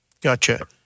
gotcha